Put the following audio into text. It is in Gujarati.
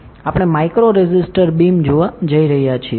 આપણે માઇક્રો રેઝિસ્ટર બીમ જોવા જઈ રહ્યા છીએ